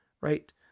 Right